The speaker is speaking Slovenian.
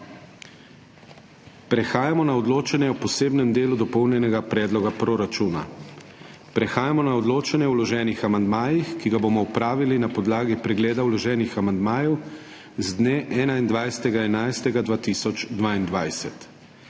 Prehajamo na odločanje o posebnem delu Dopolnjenega predloga proračuna. Prehajamo na odločanje o vloženih amandmajih, ki ga bomo opravili na podlagi pregleda vloženih amandmajev z dne 21. 11. 2022.